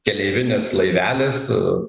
keleivinis laivelis